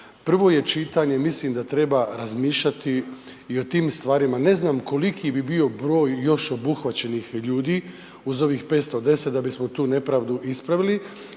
Prvo je čitanje, mislim da treba razmišljati i o tim stvarima. Ne znam koliko bi bio broj još obuhvaćenih ljudi uz ovih 510 da bismo tu nepravdu ispravili